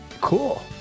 Cool